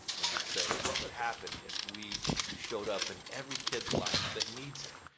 and we say, what would happen if we showed up in every kids' life that needs it?